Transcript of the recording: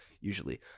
usually